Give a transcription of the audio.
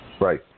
Right